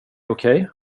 okej